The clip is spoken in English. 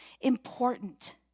important